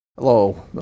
Hello